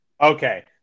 Okay